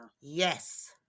Yes